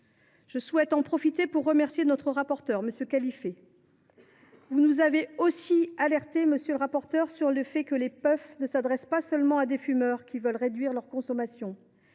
Je souhaite en profiter pour remercier notre rapporteur. Monsieur Khalifé, vous nous avez aussi alertés sur le fait que les puffs ne s’adressaient pas seulement à des fumeurs voulant réduire leur consommation.